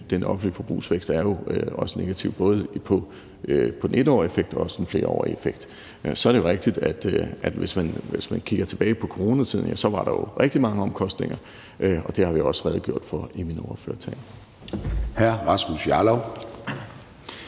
den offentlige forbrugsvækst også negativ, både i forhold til den 1-årige effekt og den flerårige effekt. Så er det jo rigtigt, at hvis man kigger tilbage på coronatiden, var der jo rigtig mange omkostninger, og det har jeg også redegjort for i min ordførertale.